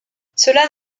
cela